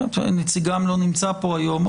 נציגם לא נמצא כאן היום.